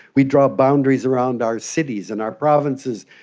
we draw boundaries around our cities and our provinces,